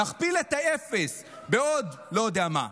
נכפיל את האפס בעוד לא יודע מה,